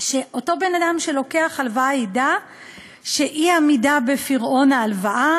שאותו בן-אדם שלוקח הלוואה ידע שאי-עמידה בפירעון ההלוואה